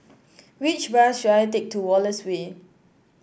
which bus should I take to Wallace Way